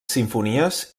simfonies